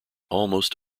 almost